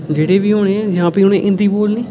जेह्ड़े बी होने जां फ्ही उ'नें हिंदी बोलनी